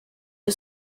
the